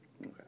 Okay